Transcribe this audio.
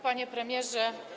Panie Premierze!